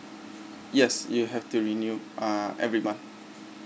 yes you have to renew uh every month